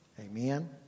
Amen